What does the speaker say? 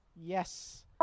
Yes